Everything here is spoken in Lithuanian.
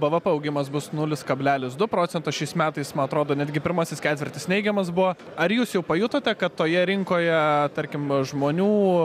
bvp augimas bus nulis kablelis du procento šiais metais man atrodo netgi pirmasis ketvirtis neigiamas buvo ar jūs jau pajutote kad toje rinkoje tarkim žmonių